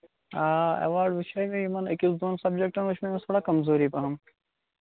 آ ایواڑ وُچھےَ مےٚ یِمن أکِس دۅن سَبجیکٹَن منٛز چھِ أمِس تھوڑا کَمزوٗری پَہم